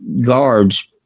guards